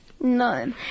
No